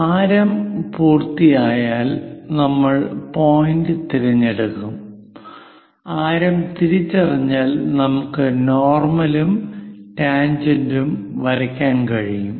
ആരം പൂർത്തിയായാൽ നമ്മൾ പോയിന്റ് തിരഞ്ഞെടുക്കും ആരം തിരിച്ചറിഞ്ഞാൽ നമുക്ക് നോർമൽ ഉം ടാൻജെന്റും വരയ്ക്കാൻ കഴിയും